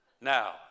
Now